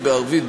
בעברית,